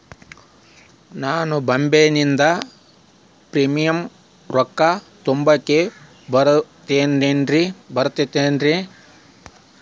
ನಾನು ಮೊಬೈಲಿನಿಂದ್ ಪ್ರೇಮಿಯಂ ರೊಕ್ಕಾ ತುಂಬಾಕ್ ಬರತೈತೇನ್ರೇ?